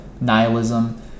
nihilism